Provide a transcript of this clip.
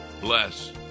bless